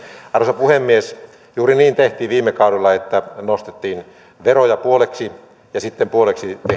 arvoisa puhemies juuri niin tehtiin viime kaudella että nostettiin veroja puoliksi ja sitten puoliksi tehtiin